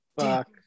fuck